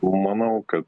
manau kad